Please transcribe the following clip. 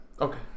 Okay